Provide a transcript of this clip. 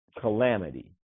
calamity